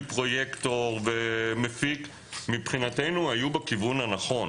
פרויקטור ומפיק מבחינתנו היו בכיוון הנכון,